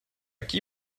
qui